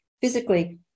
physically